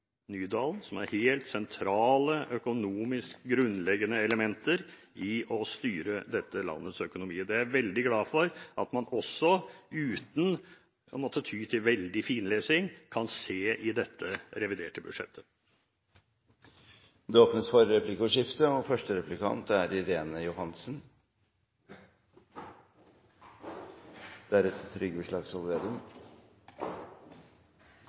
Nydalen, som er helt sentrale, økonomisk grunnleggende elementer i å styre dette landets økonomi. Det er jeg veldig glad for at man også – uten å måtte ty til mye finlesing – kan se i dette reviderte budsjettet. Det åpnes for replikkordskifte. Jeg la merke til at representanten Flåtten mest kommenterte det store bildet – og